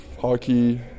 hockey